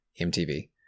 MTV